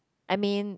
I mean